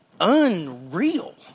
unreal